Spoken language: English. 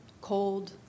cold